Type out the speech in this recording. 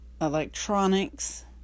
electronics